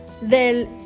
del